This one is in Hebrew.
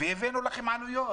והבאנו לכם עלויות.